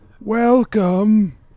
Welcome